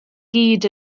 gyd